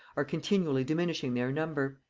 are continually diminishing their number.